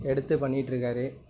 எடுத்துப் பண்ணிட்டிருக்காரு